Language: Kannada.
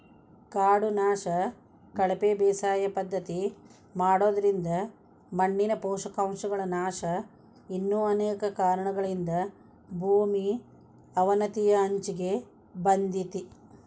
ಕಾಡು ನಾಶ, ಕಳಪೆ ಬೇಸಾಯ ಪದ್ಧತಿ ಮಾಡೋದ್ರಿಂದ ಮಣ್ಣಿನ ಪೋಷಕಾಂಶಗಳ ನಾಶ ಇನ್ನು ಅನೇಕ ಕಾರಣಗಳಿಂದ ಭೂಮಿ ಅವನತಿಯ ಅಂಚಿಗೆ ಬಂದೇತಿ